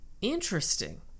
Interesting